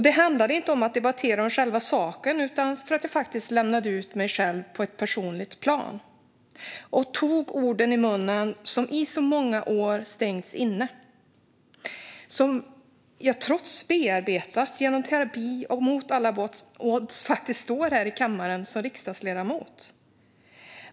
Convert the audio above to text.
Det handlade inte om att debattera om själva saken, utan det var för att det faktiskt lämnade ut mig själv på ett personligt plan och tog orden ur munnen som under så många år hade stängts inne. Jag har bearbetat detta genom terapi, och mot alla odds står jag faktiskt här i kammaren som riksdagsledamot.